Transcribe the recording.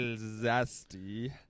zesty